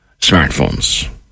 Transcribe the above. smartphones